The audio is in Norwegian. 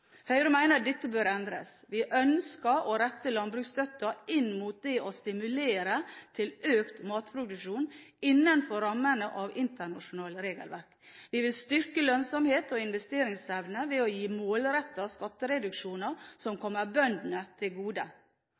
Høyre mener dette bør endres. Vi ønsker å rette landbruksstøtten inn mot det å stimulere til økt matproduksjon, innenfor rammene av internasjonale regelverk. Vi vil styrke lønnsomhet og investeringsevne ved å gi målrettede skattereduksjoner som kommer bøndene til gode.